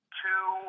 two